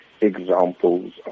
examples